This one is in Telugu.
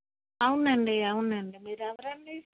అవునండి అవునండి మీరు ఎవరండి